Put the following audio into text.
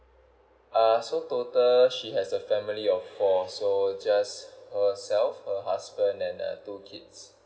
uh so total she has a family of four so just herself her husband and uh two kids